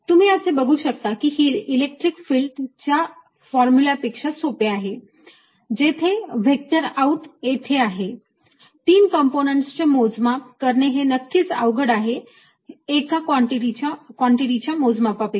तुम्ही बघू शकता की ही इलेक्ट्रिक फिल्ड च्या फॉर्म्युला पेक्षा सोपे आहे जेथे व्हेक्टर आऊट येथे आहे 3 कंपोनेंत्स चे मोजमाप करणे हे नक्कीच अवघड आहे एका कॉन्टिटीच्या मोजमापापेक्षा